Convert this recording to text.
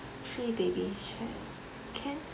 three babies chair can